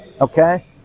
Okay